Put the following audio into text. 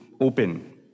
open